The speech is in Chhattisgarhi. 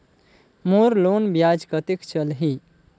मोर लोन ब्याज कतेक चलही?